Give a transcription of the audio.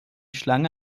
schlange